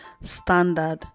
standard